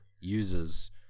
users